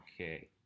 Okay